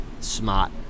smart